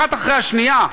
אחת אחרי השנייה,